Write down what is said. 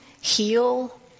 heal